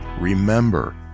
Remember